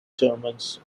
germans